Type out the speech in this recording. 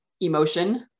emotion